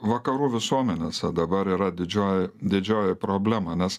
vakarų visuomenėse dabar yra didžioji didžioji problema nes